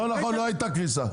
לא נכון לא הייתה קריסה.